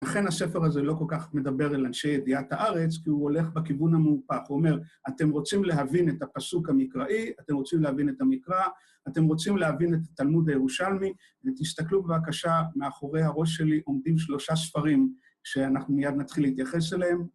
ולכן הספר הזה לא כל כך מדבר אל אנשי ידיעת הארץ, כי הוא הולך בכיוון המהופך. הוא אומר, אתם רוצים להבין את הפסוק המקראי, אתם רוצים להבין את המקרא, אתם רוצים להבין את התלמוד הירושלמי, ותסתכלו בבקשה, מאחורי הראש שלי עומדים שלושה ספרים שאנחנו מיד נתחיל להתייחס אליהם.